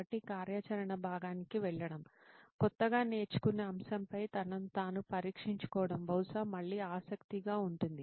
కాబట్టి కార్యాచరణ భాగానికి వెళ్ళడం కొత్తగా నేర్చుకున్న అంశంపై తనను తాను పరీక్షించుకోవడం బహుశా మళ్ళీ ఆసక్తిగా ఉంటుంది